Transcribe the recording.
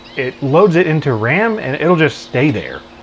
it loads it into ram and it'll just stay there.